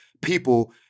people